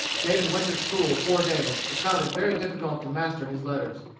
david went to school four days, but found it very difficult to master his letters.